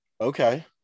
Okay